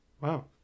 Wow